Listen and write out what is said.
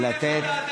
לא הבנתי איך הגעת,